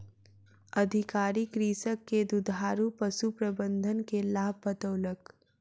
अधिकारी कृषक के दुधारू पशु प्रबंधन के लाभ बतौलक